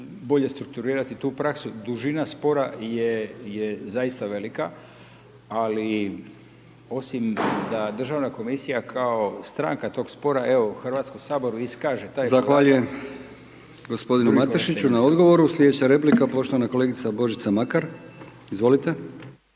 bolje strukturirati tu praksu, dužina spora je zaista velika, ali osim da Državna komisija kao stranka tog spora, evo u HS iskaže…/Upadica: Zahvaljujem…/…taj prijedlog **Brkić, Milijan (HDZ)** …/…g. Matešiću na odgovoru/… Slijedeća replika poštovana kolegica Božica Makar, izvolite.